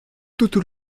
toutes